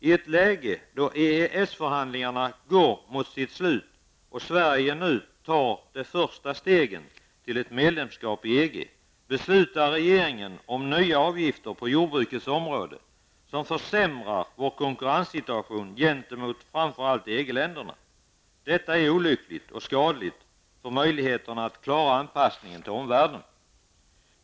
I ett läge då EES-förhandlingarna går mot sitt slut och Sverige nu tar de första stegen till ett medlemskap i EG beslutar regeringen om nya avgifter på jordbrukets område, som försämrar vår konkurrenssituation gentemot framför allt EG-länderna. Detta är olyckligt och skadligt för möjligheterna att klara anpassningen till omvärlden.